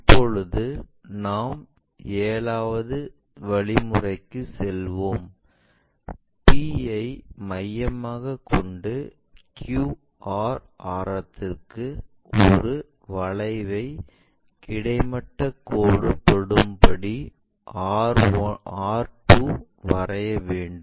இப்போது நாம் ஏழாவது வழிமுறைக்கு செல்வோம் q ஐ மையமாக கொண்டு qr ஆரத்திற்கு ஒரு வளைவை கிடைமட்ட கோடு தொடும்படி r2 வரைய வேண்டும்